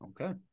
Okay